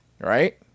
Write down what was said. Right